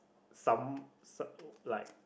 some some like